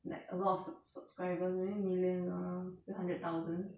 like a lot of sub~ subscribers maybe million lah or hundred thousand